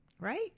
right